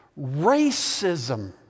racism